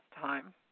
time